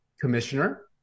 Commissioner